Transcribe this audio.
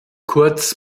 kurz